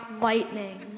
lightning